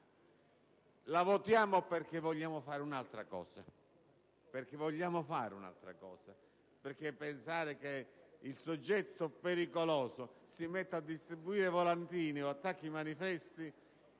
Lo votiamo perché vogliamo fare un'altra cosa. Pensare che il soggetto pericoloso si metta a distribuire volantini o ad attaccare manifesti